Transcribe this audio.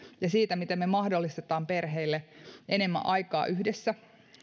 ja siitä miten me mahdollistamme perheille enemmän aikaa yhdessä